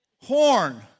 horn